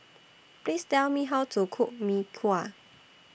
Please Tell Me How to Cook Mee Kuah